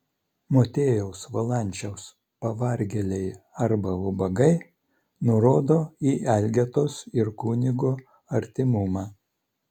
motiejaus valančiaus pavargėliai arba ubagai nurodo į elgetos ir kunigo artimumą